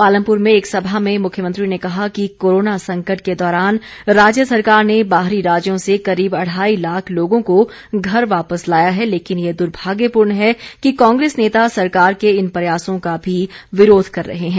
पालमपुर में एक सभा में मुख्यमंत्री ने कहा कि कोरोना संकट के दौरान राज्य सरकार ने बाहरी राज्यों से करीब अढ़ाई लाख लोगों को घर वापस लाया है लेकिन ये द्भाग्यपूर्ण है कि कांग्रेस नेता सरकार के इन प्रयासों का भी विरोध कर रहे हैं